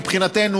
מבחינתנו,